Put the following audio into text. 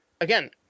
again